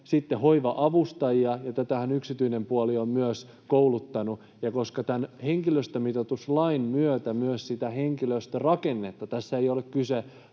sitten hoiva-avustajia. Heitähän myös yksityinen puoli on kouluttanut, ja koska tämän henkilöstömitoituslain myötä myös sitä henkilöstörakennetta... Tässä ei ole kyse